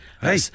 Hey